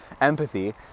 empathy